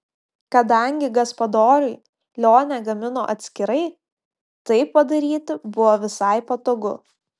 kadangi gaspadoriui lionė gamino atskirai taip padaryti buvo visai patogu